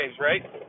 right